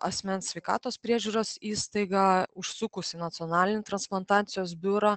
asmens sveikatos priežiūros įstaigą užsukus į nacionalinį transplantacijos biurą